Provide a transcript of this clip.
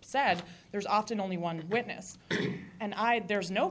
said there's often only one witness and i had there's no